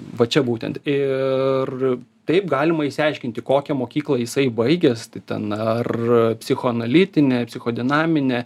va čia būtent ir taip galima išsiaiškinti kokią mokyklą jisai baigęs tai ten ar psichoanalitinė psichodinaminė